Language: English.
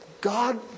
God